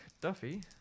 Duffy